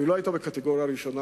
אבל היא לא היתה בקטגוריה הראשונה,